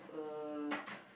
uh